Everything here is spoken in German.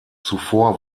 zuvor